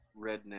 redneck